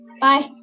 Bye